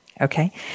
Okay